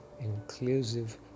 inclusive